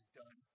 done